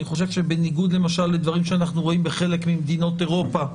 אני חושב שבניגוד למשל לדברים שאנחנו רואים בחלק ממדינות אירופה,